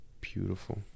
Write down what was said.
beautiful